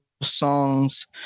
songs